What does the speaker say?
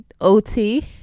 OT